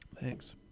Thanks